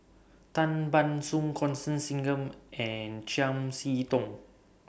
Tan Ban Soon Constance Singam and Chiam See Tong